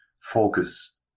focus